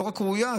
לא רק לא ראויה,